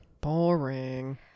boring